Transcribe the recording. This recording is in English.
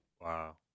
Wow